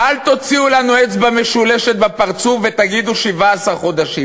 אל תוציאו לנו אצבע משולשת בפרצוף ותגידו: 17 חודשים.